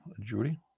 Judy